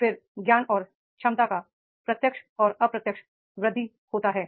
फिर ज्ञान और क्षमता का प्रत्यक्ष और अप्रत्यक्ष वृद्धि होता है